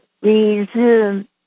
resume